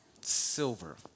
silver